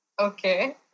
Okay